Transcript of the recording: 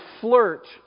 flirt